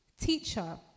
teacher